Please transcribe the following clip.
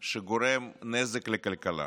שגורמים נזק לכלכלה.